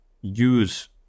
use